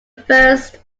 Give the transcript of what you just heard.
first